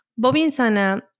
Bobinsana